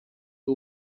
who